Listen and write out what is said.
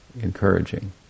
encouraging